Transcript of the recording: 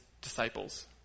disciples